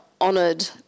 honoured